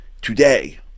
today